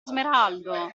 smeraldo